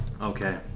Okay